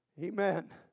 Amen